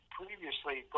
previously